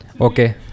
Okay